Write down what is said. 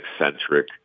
eccentric